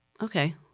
okay